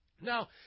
Now